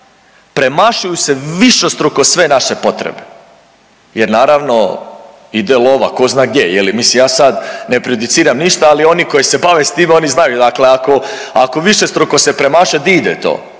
premašuju se višestruko sve naše potrebe jer naravno ide lova tko zna gdje. Mislim ja sad ne prejudiciram ništa, ali oni koji se bave s time oni znaju, dakle ako, ako višestruko se premašuje di ide to,